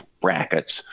brackets